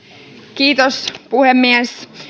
kiitos puhemies